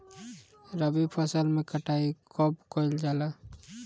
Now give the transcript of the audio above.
रबी फसल मे कटाई कब कइल जाला?